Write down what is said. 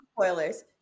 spoilers